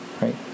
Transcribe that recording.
right